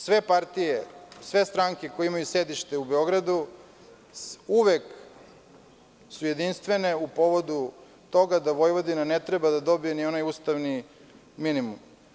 Sve partije, stranke koje imaju sedište u Beogradu uvek su jedinstvene u pogledu toga da Vojvodina ne treba da dobije ni onaj ustavni minimum.